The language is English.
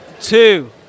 two